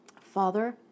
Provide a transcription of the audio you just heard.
Father